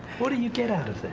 what do you get out of this?